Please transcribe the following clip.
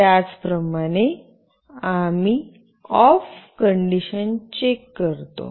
त्याचप्रमाणे आम्ही of condition check करतो